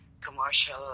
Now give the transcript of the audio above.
commercial